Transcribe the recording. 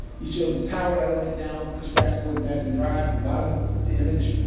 he shows the tower element now pushed back towards maddison drive, at the bottom of the image.